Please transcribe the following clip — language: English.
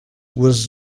was